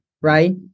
right